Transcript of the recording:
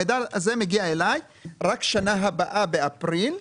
המידע הזה מגיע אליי רק שנה הבאה באפריל,